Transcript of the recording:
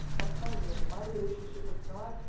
i'm telling you that, in my relationship with god,